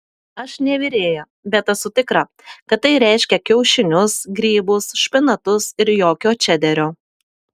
aš ne virėja bet esu tikra kad tai reiškia kiaušinius grybus špinatus ir jokio čederio